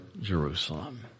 Jerusalem